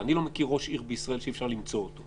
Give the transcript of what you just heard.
אני לא מכיר ראש עיר בישראל שאי-אפשר למצוא אותו.